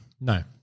No